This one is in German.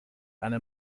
eine